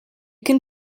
can